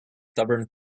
stubborn